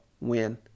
win